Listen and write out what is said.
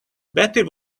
betty